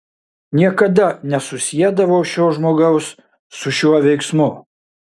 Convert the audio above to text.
niekada nesusiedavau šio žmogaus su šiuo veiksmu